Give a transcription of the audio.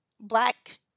Black